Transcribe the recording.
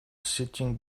sitting